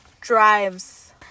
drives